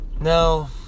Now